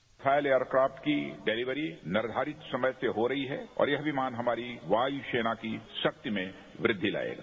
Rafale aircraft की delivery निर्धारित समय से हो रही है और यह विमान हमारी वायू सेना की शक्ति में वृद्धि लाएगा